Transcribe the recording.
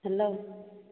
hello